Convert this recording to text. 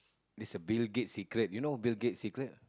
is a Bill-Gate's secret you know Bill-Gate's secret